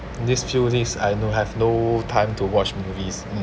these few days I no have no time to watch movies mm